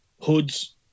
Hood's